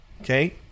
Okay